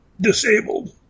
disabled